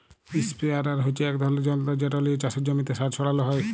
ইসপেরেয়ার হচ্যে এক ধরলের যন্তর যেট লিয়ে চাসের জমিতে সার ছড়ালো হয়